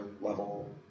level